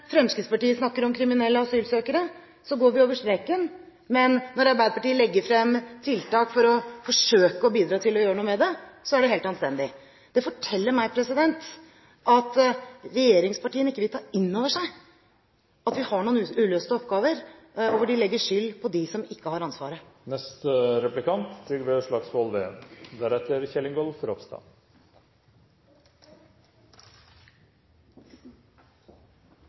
Fremskrittspartiet snakker om kriminelle asylsøkere, går vi over streken. Men når Arbeiderpartiet legger frem tiltak for å forsøke å bidra til å gjøre noe med det, så er det helt anstendig. Det forteller meg at regjeringspartiene ikke vil ta inn over seg at vi har noen uløste oppgaver, og de legger skyld på dem som ikke har ansvaret.